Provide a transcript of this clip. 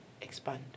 expand